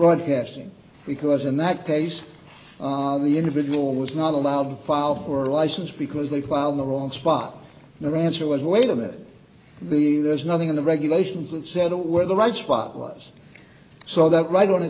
broadcasting because in that case the individual was not allowed to file for a license because they filed the wrong spot the rancher was wait a minute the there's nothing in the regulations that said it were the right spot was so that right on